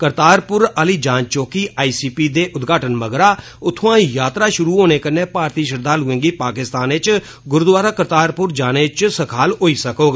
करतारपुर आली जांच चौकी दे उद्घाटन मगरा उत्थुआं यात्रा षुरू होने कन्नै भारती श्रद्वालुएं गी पाकिस्तान च गुरूद्वारा करतारपुर जाने च सखाल होई सकोग